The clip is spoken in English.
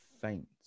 faint